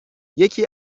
یکی